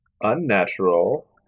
Unnatural